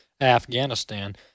Afghanistan